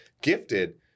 gifted